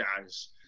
guys